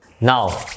Now